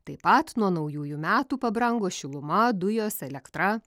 taip pat nuo naujųjų metų pabrango šiluma dujos elektra